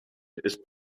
ist